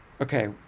okay